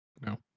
No